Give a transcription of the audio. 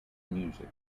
music